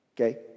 Okay